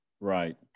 Right